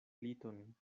liton